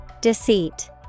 Deceit